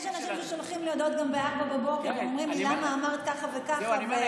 יש אנשים ששולחים לי הודעות גם ב-04:00 ואומרים לי: למה אמרת ככה וככה.